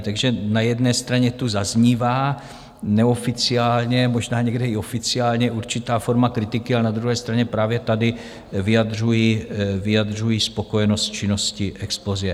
Takže na jedné straně tu zaznívá neoficiálně, možná někde i oficiálně určitá forma kritiky, ale na druhé straně právě tady vyjadřují spokojenost s činností Explosie.